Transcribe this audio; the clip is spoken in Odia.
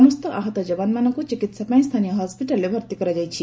ସମସ୍ତ ଆହତ ଯବାନମାନଙ୍କୁ ଚିକିତ୍ସା ପାଇଁ ସ୍ଥାନୀୟ ହସିଟାଲ୍ରେ ଭର୍ତ୍ତି କରାଯାଇଛି